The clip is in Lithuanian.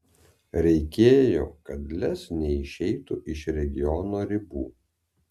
reikėjo kad lez neišeitų iš regiono ribų